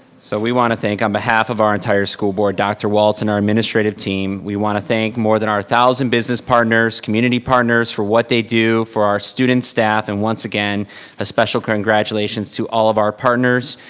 so we wanna thank on behalf of our entire school board dr. walts and our administrative team. we wanna thank more than our one thousand business partners, community partners for what they do for our students, staff and once again a special congratulations to all of our partners.